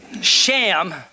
sham